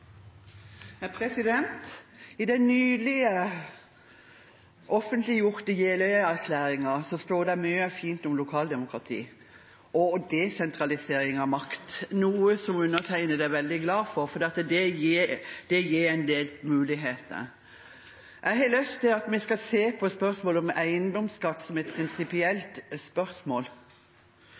I den nylig offentliggjorte Jeløya-erklæringen står det mye fint om lokaldemokrati og desentralisering av makt, noe som jeg er veldig glad for, fordi det gir en del muligheter. Jeg har lyst til at vi skal se på spørsmålet om eiendomsskatt som et prinsipielt spørsmål.